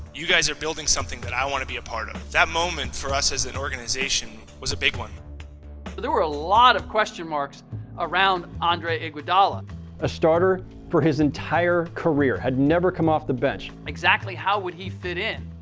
you guys are building something that i want to be a part of that moment for us as an organization was a big one there were a lot of question marks around andre iguodala a starter for his entire career had never come off the bench exactly how would he fit in?